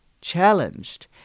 challenged